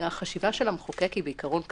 החשיבה של המחוקק היא בעיקרון כזאת,